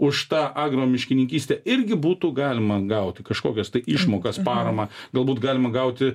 už tą agro miškininkystę irgi būtų galima gauti kažkokias išmokas paramą galbūt galima gauti